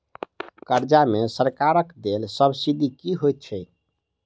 कर्जा मे सरकारक देल सब्सिडी की होइत छैक?